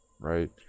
right